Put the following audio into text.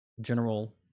general